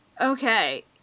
Okay